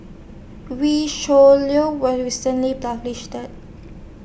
Wee Shoo Leong was recently published